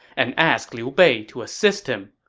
and ask liu bei to assist him.